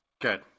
good